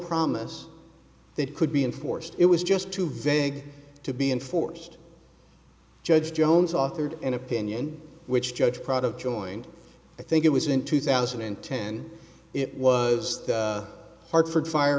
promise that could be enforced it was just too veg to be enforced judge jones offered an opinion which judge product joined i think it was in two thousand and ten it was hartford fire